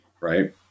right